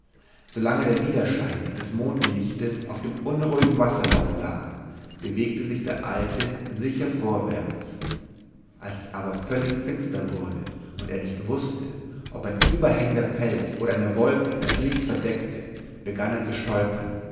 der widerschein des mondlichtes auf dem unruhigen wasserlauf lag bewegte sich der alte sicher vorwärts als es aber völlig finster wurde und er nicht wußte ob ein überhängender fels oder eine wolke das licht verdeckte begann er zu stolpern